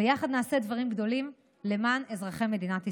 ויחד נעשה דברים גדולים למען אזרחי מדינת ישראל.